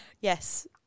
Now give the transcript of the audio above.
Yes